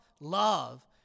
love